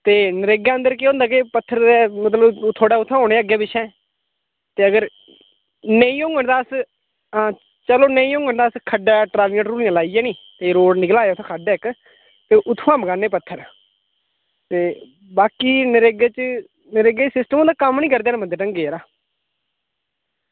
ते नरेगा अदंर केह् होंदा के पत्थर मतलब थुआढ़े उत्थै होने अग्गें पिच्छें ते अगर नेईं होंङन तां अस चलो नेईं होंङन ते अस खड्डै ट्रालियां ट्रूलियां लाइयै नि ते रोड निकले दा उत्थै खड्ड ऐ इक ते उत्थोआं मंगाने आं पत्थर ते बाकी नरेगा च नरेगा च सिस्टम होंदा कि कम्म नि करदे बंदे ढंगै ने यरा